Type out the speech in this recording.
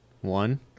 one